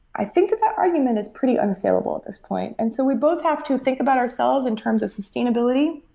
i think that that argument is pretty unsalable at this point, and so we both have to think about ourselves in terms of sustainability.